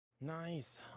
nice